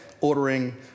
ordering